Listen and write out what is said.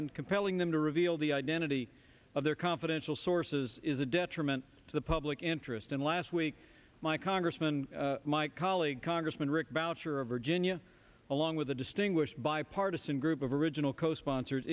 and compelling them to reveal the identity of their confidential sources is a detriment to the public interest and last week my congressman my colleague congressman rick boucher of virginia along with a distinguished bipartisan group of original co sponsors